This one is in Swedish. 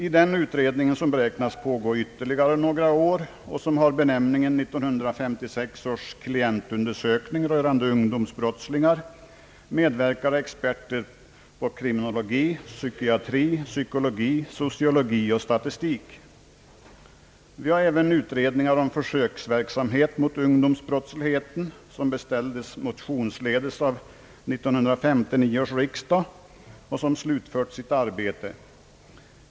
I den utredningen, som beräknas pågå ytterligare några år och som har benämningen 1956 års klientundersökning rörande ungdomsbrottslingar medverkar experter på kriminologi, psykiatri, psykologi, sociologi och statistik. Vi har även utredningen om försöksverksamhet mot ungdomsbrottsligheten, som beställdes motionsledes av 1959 års riksdag och som slutfört sitt arbete.